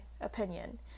opinion